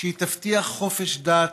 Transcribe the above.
שהיא "תבטיח חופש דת,